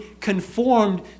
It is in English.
conformed